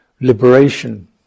liberation